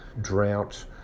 drought